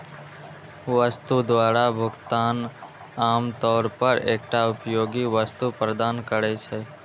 वस्तु द्वारा भुगतान आम तौर पर एकटा उपयोगी वस्तु प्रदान करै छै